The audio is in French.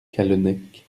callennec